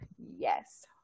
yes